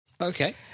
Okay